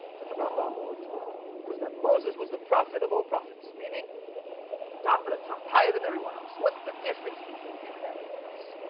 that the rambam wrote was that moses was the prophet of all prophets meaning top of the top higher than everyone else, what's the difference between him and everyone else?